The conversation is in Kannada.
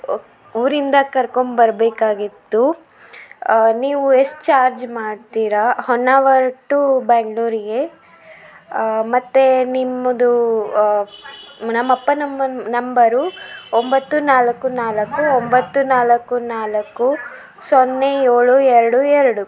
ಊರಿಂದ ಕರ್ಕೊಂಬರಬೇಕಾಗಿತ್ತು ನೀವು ಎಷ್ಟ್ ಚಾರ್ಜ್ ಮಾಡ್ತೀರ ಹೊನ್ನಾವರ ಟು ಬೆಂಗ್ಳೂರಿಗೆ ಮತ್ತು ನಿಮ್ಮದು ನಮ್ಮ ಅಪ್ಪನ ಅಮ್ಮನ ನಂಬರು ಒಂಬತ್ತು ನಾಲ್ಕು ನಾಲ್ಕು ಒಂಬತ್ತು ನಾಲ್ಕು ನಾಲ್ಕು ಸೊನ್ನೆ ಏಳು ಎರಡು ಎರಡು